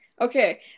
okay